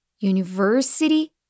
university